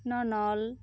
ᱱᱚᱱᱚᱞ